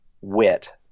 wit